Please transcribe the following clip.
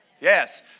Yes